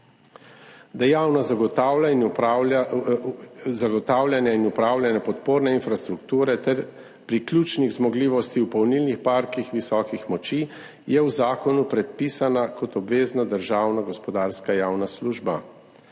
Dejavnost zagotavljanja in upravljanja podporne infrastrukture ter pri ključnih zmogljivosti v polnilnih parkih visokih moči je v zakonu predpisana kot obvezna državna gospodarska javna služba.